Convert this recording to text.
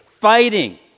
fighting